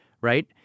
right